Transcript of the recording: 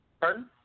Pardon